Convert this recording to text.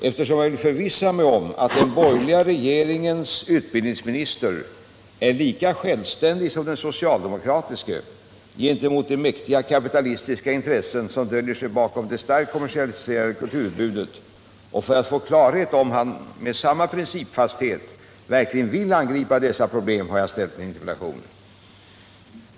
Eftersom jag vill förvissa mig om att den borgerliga regeringens utbildningsminister är lika självständig som den socialdemokratiske gentemot de mäktiga kapitalistiska intressen som döljer sig bakom det starkt kommersialiserade kulturutbudet och för att få klarhet om han med samma principfasthet verkligen vill angripa dessa problem har jag ställt min interpellation.